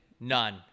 None